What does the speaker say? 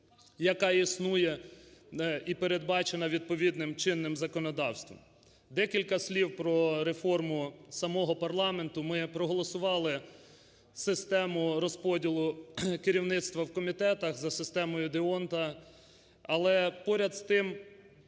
яка існує і передбачена відповідним чинним законодавством. Декілька слів про реформу самого парламенту. Ми проголосували систему розподілу керівництва в комітетах за системою д'Ондта. Але, поряд з тим,